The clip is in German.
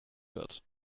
wird